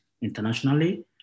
internationally